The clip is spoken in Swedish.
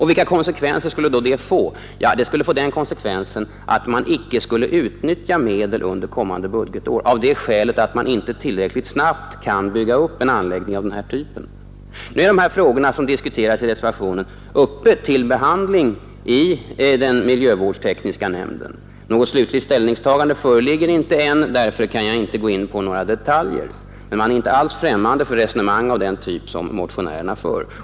Vilka konsekvenser skulle det då få? Jo, man skulle i stort sett icke utnyttja några medel under kommande budgetår av det skälet att man inte tillräckligt snabbt kan bygga upp en anläggning av den avsedda typen. De frågor som diskuteras i reservationen behandlas alltså i den miljövårdstekniska nämnden. Något slutligt ställningstagande föreligger inte än, och därför kan jag inte gå in på några detaljer, men man är inte alls främmande för resonemang av den typ som motionärerna för.